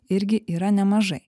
irgi yra nemažai